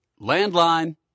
Landline